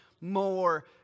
more